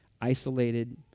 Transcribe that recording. isolated